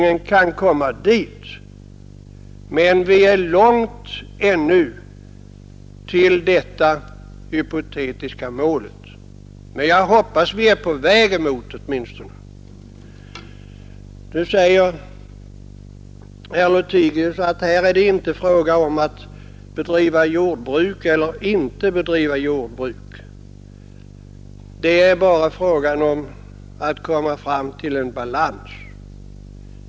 Vi är ännu långt ifrån detta hypotetiska mål, men jag hoppas att vi åtminstone är på väg mot det. Herr Lothigius sade att det inte är fråga om att bedriva jordbruk eller ej utan bara fråga om att komma fram till en balans.